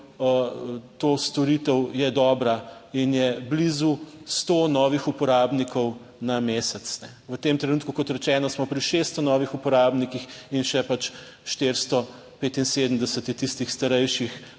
to storitev, je dobra in je blizu sto novih uporabnikov na mesec. V tem trenutku, kot rečeno, smo pri 600 novih uporabnikih in še pač 475 je tistih starejših